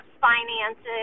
finances